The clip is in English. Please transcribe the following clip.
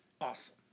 awesome